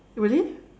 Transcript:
really